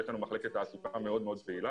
ויש לנו בארגון מחלקת תעסוקה מאוד מאוד פעילה,